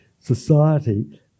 society